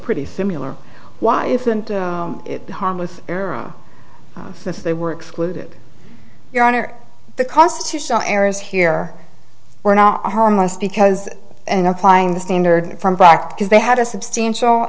pretty simular why isn't it harmless error since they were excluded your honor the constitutional errors here were not harmless because in applying the standard from fact because they had a substantial